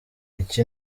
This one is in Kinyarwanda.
iki